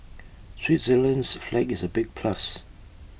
Switzerland's flag is A big plus